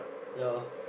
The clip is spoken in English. ya